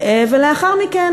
ולאחר מכן,